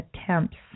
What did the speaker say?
attempts